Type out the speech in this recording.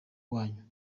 wanyu